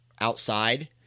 outside